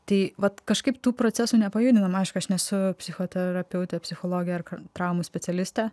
tai vat kažkaip tų procesų nepajudinam aišku aš nesu psichoterapeutė psichologė traumų specialistė